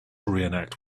reenact